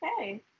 Okay